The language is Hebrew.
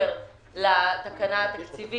אבל מדובר בעוד הרבה הרבה שכונות ברחבי מדינת ישראל: